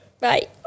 Bye